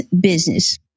business